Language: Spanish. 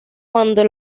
cuando